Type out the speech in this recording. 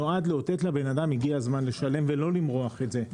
נועד לאותת לבן אדם שהגיע הזמן לשלם ולא למרוח את זה.